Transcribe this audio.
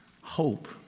Hope